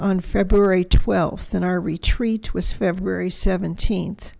on february twelfth in our retreat was february seventeenth